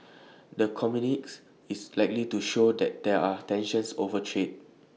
the communique is likely to show that there are tensions over trade